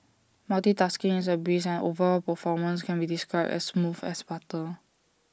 multitasking is A breeze and overall performance can be described as smooth as butter